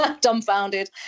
dumbfounded